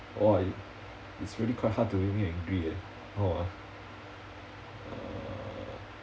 !wah~ i~ it's really quite hard to make me angry eh how ah uh